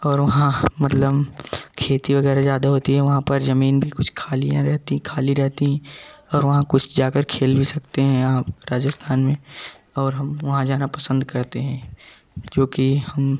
और वहाँ मतलब खेती वगैरह ज्यादा होती है वहाँ पर जमीन भी कुछ खाली रहती खाली रहती और वहाँ कुछ जाकर खेल भी सकते है आप राजस्थान में और हम वहाँ जाना पसंद करते है क्योंकि हम